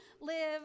live